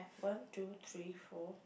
one two three four